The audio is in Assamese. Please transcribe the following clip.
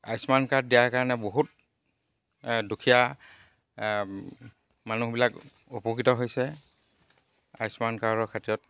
আয়ুস্মান কাৰ্ড দিয়াৰ কাৰণে বহুত দুখীয়া মানুহবিলাক উপকৃত হৈছে আয়ুস্মান কাৰ্ডৰ ক্ষেত্ৰত